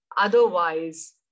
Otherwise